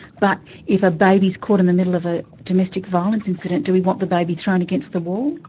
but if a baby's caught in the middle of a domestic violence incident, do we want the baby thrown against the wall?